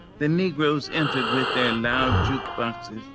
the negroes entered with their loud jukeboxes,